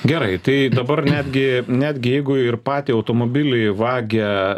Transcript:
gerai tai dabar netgi netgi jeigu ir patį automobilį vagia